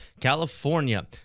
California